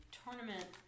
tournament